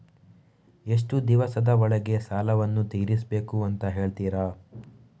ಎಷ್ಟು ದಿವಸದ ಒಳಗೆ ಸಾಲವನ್ನು ತೀರಿಸ್ಬೇಕು ಅಂತ ಹೇಳ್ತಿರಾ?